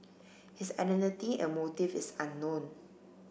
his identity and motive is unknown